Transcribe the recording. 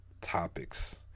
topics